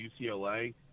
UCLA